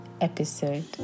episode